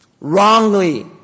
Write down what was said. wrongly